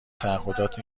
تعهدات